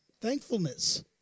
thankfulness